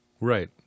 Right